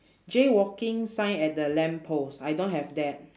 jaywalking sign at the lamp post I don't have that